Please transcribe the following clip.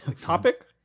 topic